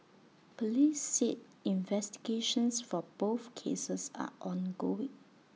Police said investigations for both cases are ongoing